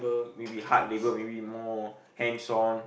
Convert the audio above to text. maybe hard labor maybe more hands on